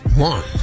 One